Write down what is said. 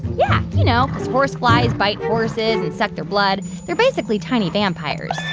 yeah, you know, cause horseflies bite horses and suck their blood. they're basically tiny vampires